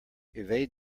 evade